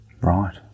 Right